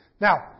now